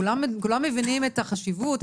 כולם מבינים את החשיבות,